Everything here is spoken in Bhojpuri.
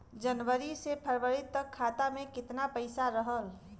जनवरी से फरवरी तक खाता में कितना पईसा रहल?